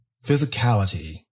physicality